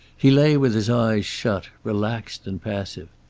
he lay with his eyes shut, relaxed and passive.